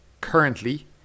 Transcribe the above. Currently